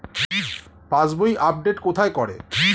পাসবই update কোথায় করে?